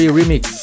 remix